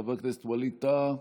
חבר הכנסת ווליד טאהא,